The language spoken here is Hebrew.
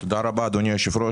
תודה רבה, אדוני היושב ראש.